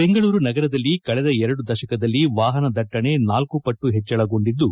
ಬೆಂಗಳೂರು ನಗರದಲ್ಲಿ ಕಳೆದ ಎರಡು ದಶಕದಲ್ಲಿ ವಾಪನ ದಟ್ಟಣೆ ನಾಲ್ಲು ಪಟ್ಟು ಪೆಚ್ಚಳಗೊಂಡಿದ್ದು